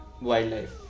wildlife